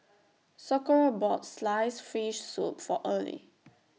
Socorro bought Sliced Fish Soup For Early